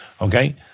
okay